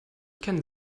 kennen